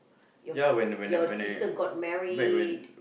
your your sister got married